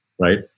right